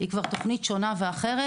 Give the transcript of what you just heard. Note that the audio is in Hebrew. הם אחרים.